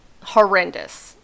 horrendous